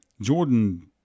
Jordan